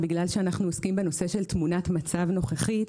בגלל שאנחנו עוסקים בנושא של תמונת מצב נוכחית.